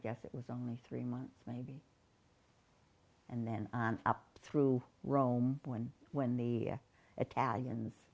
guess it was only three months maybe and then up through rome when when the italians